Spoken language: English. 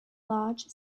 large